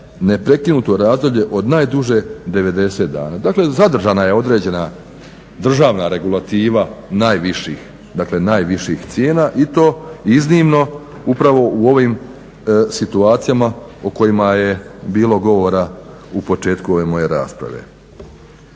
neprekinuto razdoblje od najduže 90 dana. Dakle, zadržana je određena državna regulativa najviših, dakle najviših cijena i to iznimno upravo u ovim situacijama o kojima je bilo govora u početku ove moje rasprave.